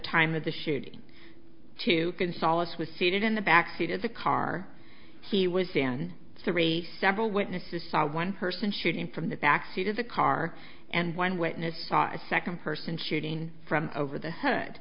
time of the shooting to consolidate was seated in the back seat of the car he was in saree several witnesses saw one person shooting from the back seat of the car and one witness saw a second person shooting from over the head